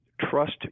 trust